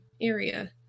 area